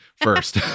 first